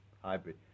hybrid